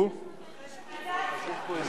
אין לך בכלל,